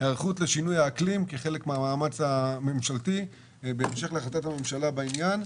היערכות לשינויי האקלים בהמשך להחלטת הממשלה בעניין,